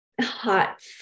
hot